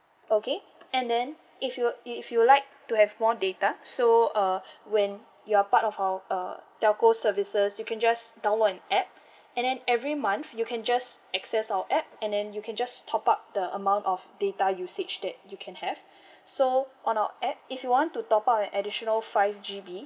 okay and then if you'd if you'd like to have more data so uh when you're part of our uh telco services you can just download an app and then every month you can just access our app and then you can just top up the amount of data usage that you can have so on our app if you want to top up an additional five G_B